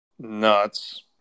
nuts